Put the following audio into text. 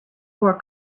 work